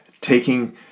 taking